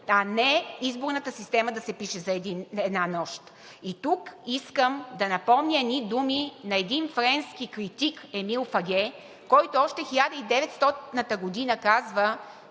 а не изборната система да се пише за една нощ. И тук искам да напомня едни думи на един френски критик Емил Фаге, който още 1900 г. казва,